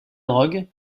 drogue